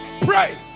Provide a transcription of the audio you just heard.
pray